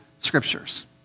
scriptures